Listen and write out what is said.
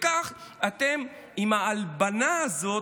וכך אתם, עם ההלבנה הזאת,